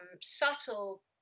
subtle